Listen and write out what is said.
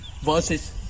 versus